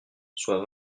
soit